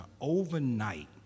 overnight